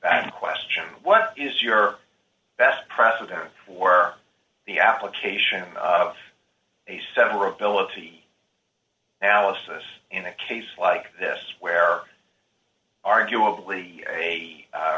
question what is your best president for the application of a severability alice in a case like this where arguably a